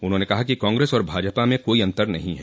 उन्होंने कहा कि कांग्रेस और भाजपा में कोई अन्तर नहीं है